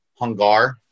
hungar